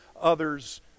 others